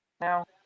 now